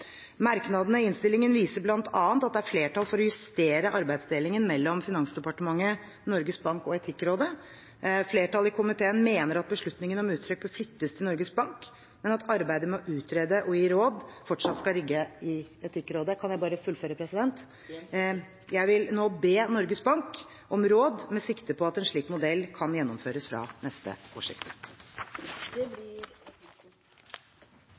Merknadene i innstillingen viser blant annet at det er flertall for å justere arbeidsdelingen mellom Finansdepartementet, Norges Bank og Etikkrådet. Flertallet i komiteen mener at beslutningene om uttrekk bør flyttes til Norges Bank, men at arbeidet med å utrede og gi råd fortsatt skal ligge i Etikkrådet. Jeg vil nå be Norges Bank om råd med sikte på at en slik modell kan gjennomføres fra neste årsskifte. Det blir